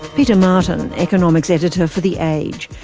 peter martin, economics editor for the age.